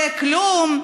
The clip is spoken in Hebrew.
זה כלום,